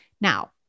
Now